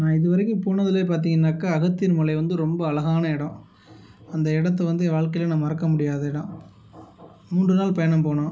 நான் இது வரைக்கும் போனதுலேயே பார்த்திங்கனாக்கா அகத்தியர் மலை வந்து ரொம்ப அழகான எடம் அந்த இடத்த வந்து என் வாழ்க்கையில் நான் மறக்க முடியாத எடம் மூன்று நாள் பயணம் போனோம்